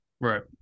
right